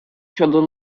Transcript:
щодо